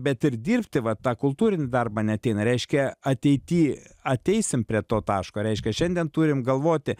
bet ir dirbti va tą kultūrinį darbą neateina reiškia ateity ateisim prie to taško reiškia šiandien turim galvoti